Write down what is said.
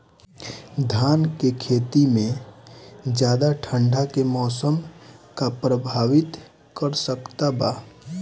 धान के खेती में ज्यादा ठंडा के मौसम का प्रभावित कर सकता बा?